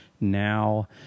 now